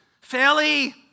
fairly